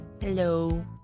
hello